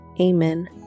Amen